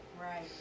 Right